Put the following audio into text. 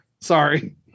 sorry